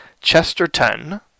Chesterton